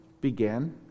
began